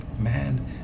man